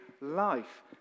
life